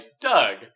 Doug